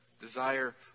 Desire